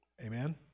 Amen